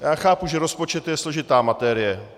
Já chápu, že rozpočet je složitá materie.